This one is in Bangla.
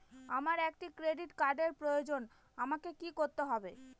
আমার একটি ক্রেডিট কার্ডের প্রয়োজন আমাকে কি করতে হবে?